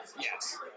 Yes